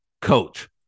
coach